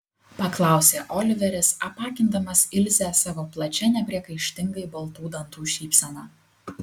paklausė oliveris apakindamas ilzę savo plačia nepriekaištingai baltų dantų šypsena